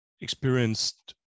experienced